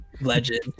legend